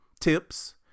tips